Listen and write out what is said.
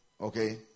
Okay